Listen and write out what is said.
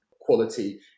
quality